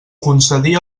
concedir